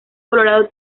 colorado